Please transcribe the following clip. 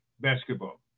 basketball